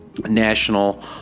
national